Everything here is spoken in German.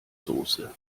soße